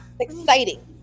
exciting